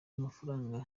amafaranga